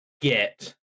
get